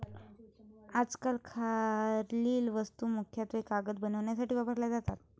आजकाल खालील वस्तू मुख्यतः कागद बनवण्यासाठी वापरल्या जातात